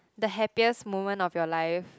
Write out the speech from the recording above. the happiest moment of your life